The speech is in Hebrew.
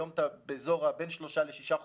היום אתה בין שלושה לשישה חודשים,